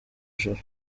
joro